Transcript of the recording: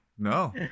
No